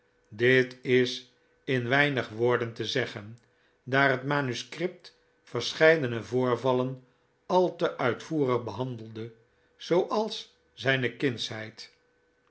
dit is in weinig woorden te zeggen daar het manuscript verscheidene voorvallen al te uitvoerig behandelde zooals zijne kindsheid